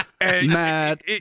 Mad